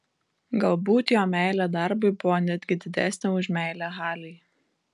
galbūt jo meilė darbui buvo netgi didesnė už meilę halei